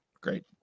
Great